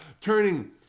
turning